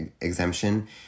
exemption